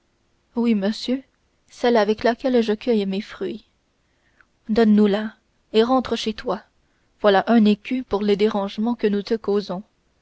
oui monsieur celle avec laquelle je cueille mes fruits donne-nous la et rentre chez toi voilà un écu pour le dérangement que nous te causons